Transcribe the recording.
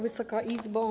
Wysoka Izbo!